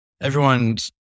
everyone's